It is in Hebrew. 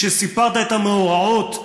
כשסיפרת על המאורעות,